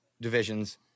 divisions